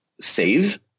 save